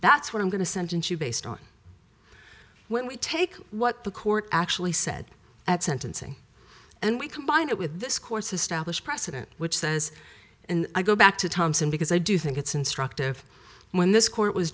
that's what i'm going to sentence you based on when we take what the court actually said at sentencing and we combined it with this course established precedent which says and i go back to thomson because i do think it's instructive when this court was